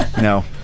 No